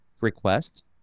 request